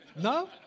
No